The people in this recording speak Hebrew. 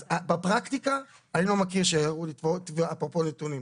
אז בפרקטיקה אני לא מכיר שהיו תביעות אפרופו נתונים.